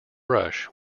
brush